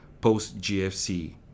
post-GFC